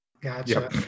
Gotcha